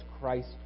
Christ